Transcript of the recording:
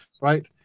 Right